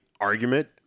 argument